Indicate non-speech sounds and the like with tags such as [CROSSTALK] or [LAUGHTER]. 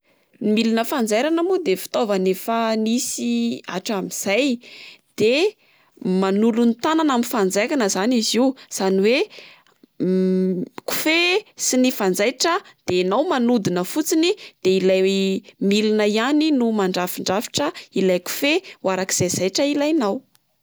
Ny milina fanjairana moa de fitaovana efa nisy atramin'izay de manolo ny tanana amin'ny fanjairana zany izy io. Izany oe [HESITATION] kofehy sy ny fanjaitra de enao manodina fotsiny de ilay [HESITATION] milina ihany no mandrafindrafitra ilay kofehy ho arak'izay zaitra ilainao.